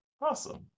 Awesome